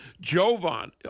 Jovan